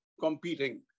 competing